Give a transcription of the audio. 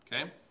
okay